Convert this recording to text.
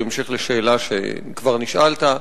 בהמשך לשאלה שכבר נשאלת,